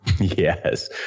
Yes